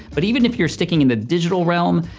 but even if you're sticking in the digital realm,